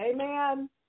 Amen